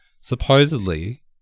Supposedly